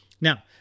Now